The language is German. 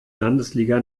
landesliga